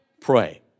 pray